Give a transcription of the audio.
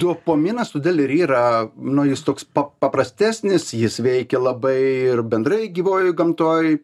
dopaminas todėl ir yra nu jis toks pa paprastesnis jis veikia labai ir bendrai gyvojoj gamtoj